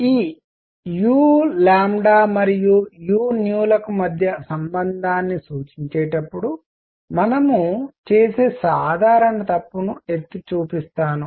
ఈ u మరియు uలకు మధ్య సంబంధాన్ని సూచించేటప్పుడు మనం చేసే సాధారణ తప్పును ఎత్తి చూపిస్తాను